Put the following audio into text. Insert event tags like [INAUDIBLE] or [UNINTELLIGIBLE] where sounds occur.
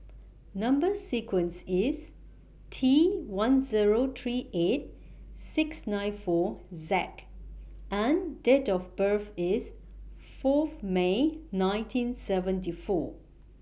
Number sequence IS T one Zero three eight six nine four [UNINTELLIGIBLE] and Date of birth IS Fourth May nineteen seventy four